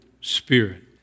Spirit